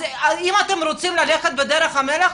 אז אם אתם רוצים ללכת בדרך המלך,